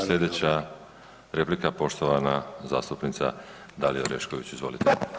Slijedeća replika poštovana zastupnica Dalija Orešković, izvolite.